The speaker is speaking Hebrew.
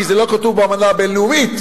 כי זה לא כתוב באמנה הבין-לאומית.